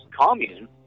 commune